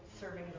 serving